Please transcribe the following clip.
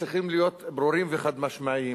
צריכים להיות ברורים וחד-משמעיים.